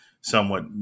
somewhat